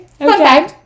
Okay